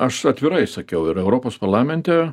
aš atvirai sakiau ir europos parlamente